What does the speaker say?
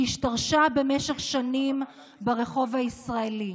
שהשתרשה במשך שנים ברחוב הישראלי.